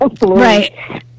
Right